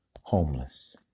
homeless